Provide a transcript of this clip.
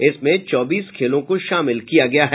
इसमें चौबीस खेलों को शामिल किया गया है